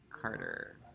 Carter